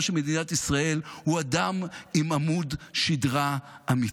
של מדינת ישראל הוא אדם עם עמוד שדרה אמיתי.